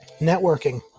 Networking